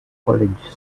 college